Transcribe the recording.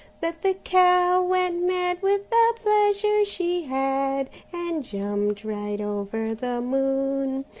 that the cow went mad with the pleasure she had, and jumped right over the moon.